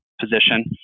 position